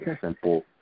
simple